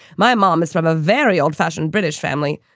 my mom is from a very old fashioned british family.